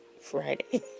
Friday